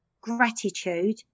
gratitude